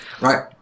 right